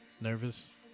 Nervous